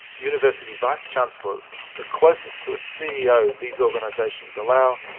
university vice-chancellors, the closest to a ceo these organisations allow,